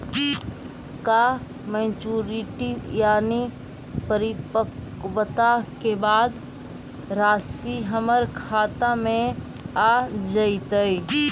का मैच्यूरिटी यानी परिपक्वता के बाद रासि हमर खाता में आ जइतई?